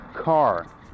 car